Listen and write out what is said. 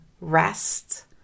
rest